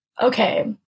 Okay